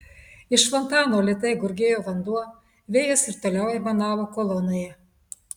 iš fontano lėtai gurgėjo vanduo vėjas ir toliau aimanavo kolonoje